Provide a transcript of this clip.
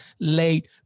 late